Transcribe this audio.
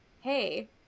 hey